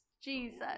Jesus